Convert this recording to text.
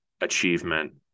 achievement